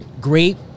Great